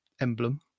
emblem